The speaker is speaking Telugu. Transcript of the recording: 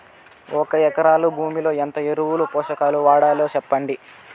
ఒక ఎకరా భూమిలో ఎంత ఎరువులు, పోషకాలు వాడాలి సెప్పండి?